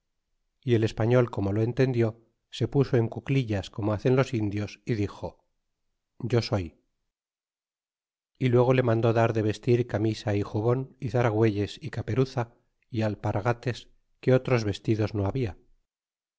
y el español como lo entendió se puso en cuclillas como hacen los indios y dixo yo soy y luego le mandó dar de vestir camisa y jubón y zaraguelles y caperuza y alpargates que otros vestidos no habla